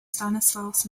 stanislaus